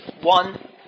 one